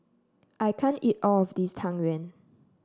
I can't eat all of this Tang Yuen